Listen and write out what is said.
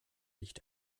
licht